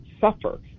suffer